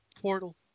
portal